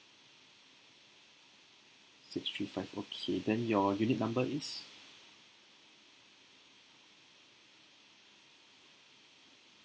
six three five okay then your unit number is